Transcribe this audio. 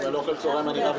אם אכן יהיה פה רוב,